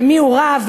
ומי רב,